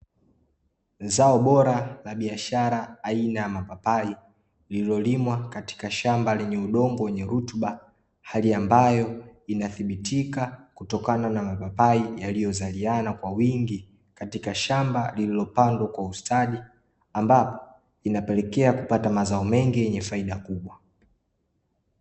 Zao bora la biashara aina ya mapapai, lililolimwa katika shamba lenye udongo wenye rutuba. Hali ambayo inathibitika kutokana na mapapai yaliyozaliana kwa wingi katika shamba lililopandwa kwa ustadi, ambapo inapelekea kupata mazao mengi yenye faida kubwa.